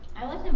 i like them